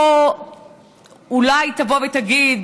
אולי תבוא ותגיד,